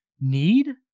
need